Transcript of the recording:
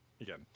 again-